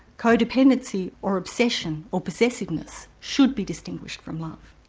co-dependency or obsession, or possessiveness, should be distinguished from love.